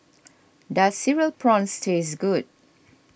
does Cereal Prawns taste good